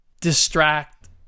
distract